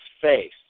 face